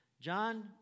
John